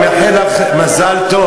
אני מאחל לך מזל טוב.